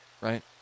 right